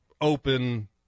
open